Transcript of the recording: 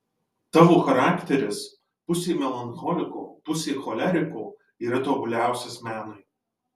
tavo charakteris pusė melancholiko pusė choleriko yra tobuliausias menui